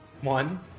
One